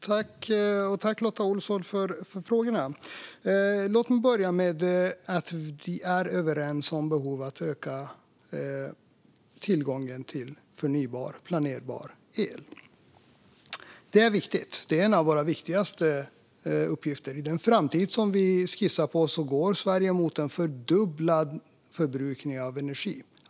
Fru talman! Tack, Lotta Olsson, för frågorna! Låt mig börja med att säga att vi är överens om behovet att öka tillgången till förnybar planerbar el. Det är viktigt. Det är en av våra viktigaste uppgifter. I den framtid som vi skissar på går Sverige mot en fördubblad förbrukning av energi.